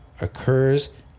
occurs